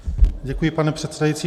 Děkuji, pane předsedající.